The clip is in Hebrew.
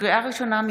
לקריאה ראשונה,